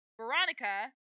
Veronica